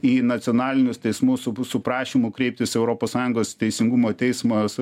į nacionalinius teismus su p su prašymu kreiptis į europos sąjungos teisingumo teismą